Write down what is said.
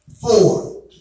four